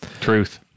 truth